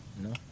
no